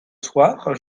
soir